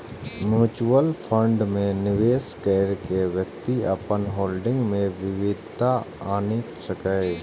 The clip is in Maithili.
म्यूचुअल फंड मे निवेश कैर के व्यक्ति अपन होल्डिंग मे विविधता आनि सकैए